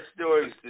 stories